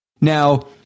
Now